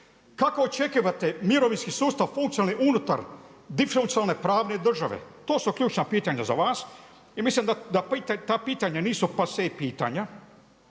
Kako očekivale mirovinski sustav funkcionalni unutar disfunkcionalne pravne države. To su ključna pitanja za vas i mislim da ta pitanja nisu pasen pitanja.